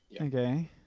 Okay